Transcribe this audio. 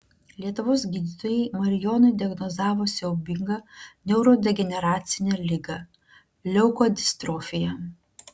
lietuvos gydytojai marijonui diagnozavo siaubingą neurodegeneracinę ligą leukodistrofija